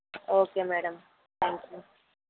okay madam thank you